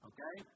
Okay